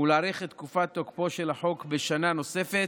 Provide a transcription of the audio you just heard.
ולהאריך את תקופת תוקפו של החוק בשנה נוספת,